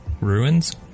ruins